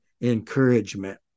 encouragement